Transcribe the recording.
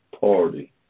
Party